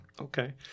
Okay